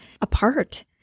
apart